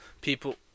people